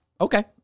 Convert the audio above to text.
Okay